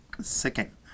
Second